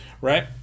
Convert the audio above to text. right